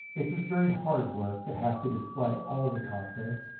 it was very hard work to have to display all the confidence,